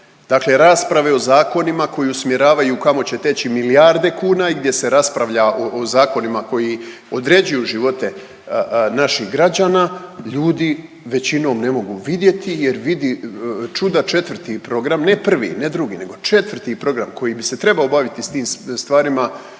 Dakle rasprave o zakonima koje usmjeravaju kamo će teći milijarde kuna i gdje se raspravlja o zakonima koji određuju živote naših građana, ljudi većinom ne mogu vidjeti jer, vidi čuda, 4. program, ne 1., ne 2., nego 4. program koji bi se trebao baviti s tim stvarima,